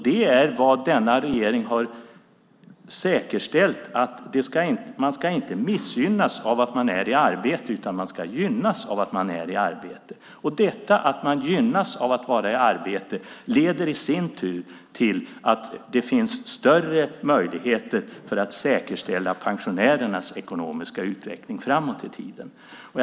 Det är vad denna regering har säkerställt. Man ska inte missgynnas av att man är i arbete, utan man ska gynnas av att man är i arbete. Detta att man gynnas av att vara i arbete leder i sin tur till att det finns större möjligheter att säkerställa pensionärernas ekonomiska utveckling framåt i tiden.